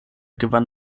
gewann